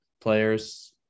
players